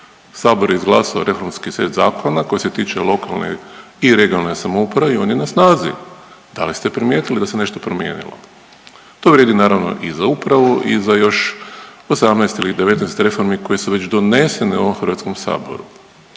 Sabor je izglasao reformski set zakona koji se tiče lokalne i regionalne samouprave i on je na snazi. Da li ste primijetili da se nešto promijenilo? To vrijedi naravno i za upravu i za još 18 ili 19 reformi koje su već donesene u ovom Hrvatskom saboru.